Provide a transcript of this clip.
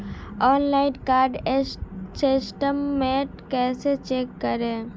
Online card statement कैसे check करें?